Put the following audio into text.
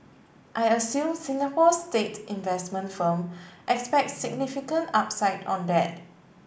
I assume Singapore's state investment firm expects significant upside on that